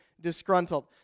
disgruntled